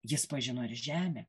jis pažino ir žemę